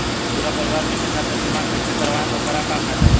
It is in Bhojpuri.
पूरा परिवार के एके साथे बीमा कईसे करवाएम और ओकर का फायदा होई?